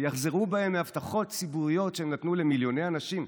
שיחזרו בהם מהבטחות ציבוריות שהם נתנו למיליוני אנשים?